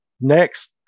Next